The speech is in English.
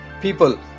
people